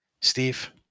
Steve